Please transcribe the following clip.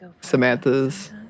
Samantha's